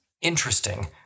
interesting